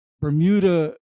Bermuda